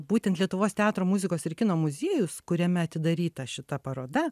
būtent lietuvos teatro muzikos ir kino muziejus kuriame atidaryta šita paroda